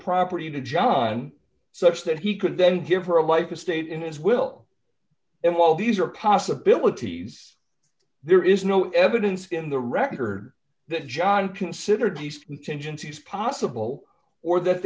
property to john such that he could then give her a life estate in his will and while these are possibilities there is no evidence in the record that john considered these contingencies possible or that